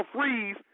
freeze